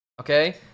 okay